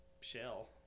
shell